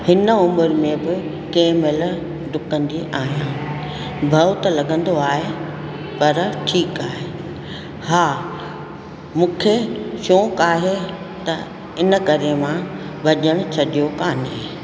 हिन उमिरि में बि कंहिं महिल ॾुकंदी आहियां भओ त लॻंदो आहे पर ठीकु आहे हा मूंखे शौक़ु आहे त इन करे मां भॼणु छॾियो कान्हे